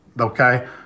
okay